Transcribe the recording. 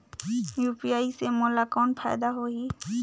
UPI से मोला कौन फायदा होही?